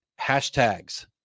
hashtags